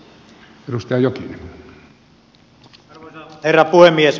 arvoisa herra puhemies